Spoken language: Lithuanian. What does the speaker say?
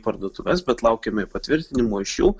parduotuves bet laukiame patvirtinimo iš jų